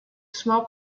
small